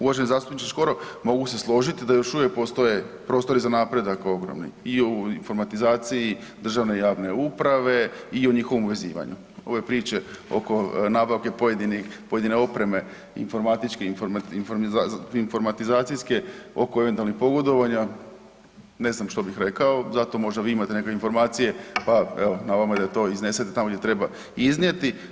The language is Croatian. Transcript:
Uvaženi zastupniče Škoro, mogu se složiti da još uvijek postoje prostori za napredak ogromni i u informatizaciji državne i javne uprave i u njihovom uvezivanju ove priče oko nabavke pojedinih, pojedine opreme informatički, informatizacijske oko eventualnih pogodovanja, ne znam što bih rekao, zato možda vi imate neke informacije, pa evo na vama je da to iznesete tamo gdje treba iznijeti.